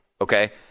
Okay